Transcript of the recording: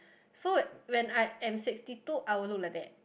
so when I am sixty two I will look like that